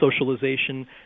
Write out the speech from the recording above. socialization